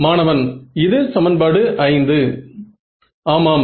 மாணவன் இது சமன்பாடு 5 ஆமாம்